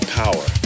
power